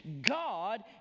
God